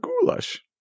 goulash